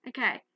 Okay